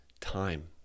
time